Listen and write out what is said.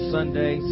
Sunday